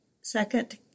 second